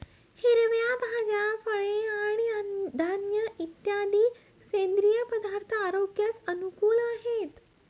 हिरव्या भाज्या, फळे आणि धान्य इत्यादी सेंद्रिय पदार्थ आरोग्यास अनुकूल आहेत